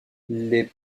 les